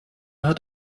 hat